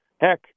Heck